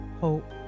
hope